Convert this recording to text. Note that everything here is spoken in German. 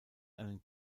einen